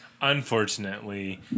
Unfortunately